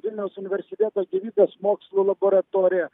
vilniaus universiteto gyvybės mokslų laboratorija